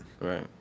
Right